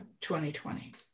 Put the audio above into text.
2020